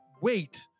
wait